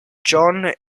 john